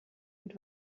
mit